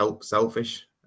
selfish